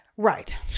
Right